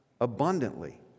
abundantly